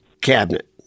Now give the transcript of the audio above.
cabinet